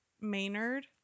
Maynard